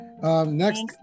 Next